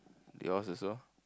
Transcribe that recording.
yours also